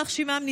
יימח שמם,